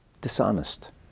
dishonest